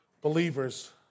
believers